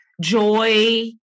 joy